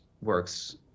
works